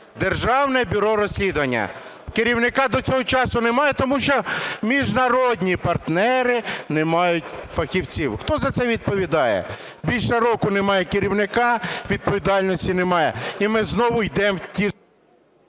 Державне бюро розслідування – керівника до цього часу немає, тому що міжнародні партнери не мають фахівців. Хто за це відповідає? Більше року немає керівника – відповідальності немає. І ми знову йдемо в ті